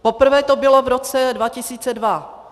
Poprvé to bylo v roce 2002.